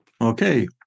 okay